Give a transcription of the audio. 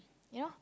you know